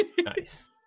Nice